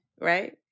right